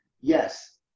Yes